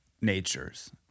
natures